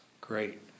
Great